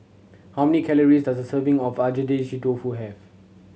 how many calories does a serving of Agedashi Dofu have